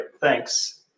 thanks